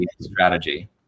strategy